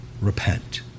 Repent